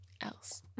else